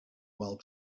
while